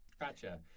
Gotcha